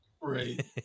Right